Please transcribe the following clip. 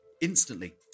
Instantly